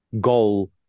goal